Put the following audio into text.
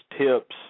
tips